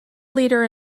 leader